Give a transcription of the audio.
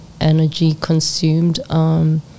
energy-consumed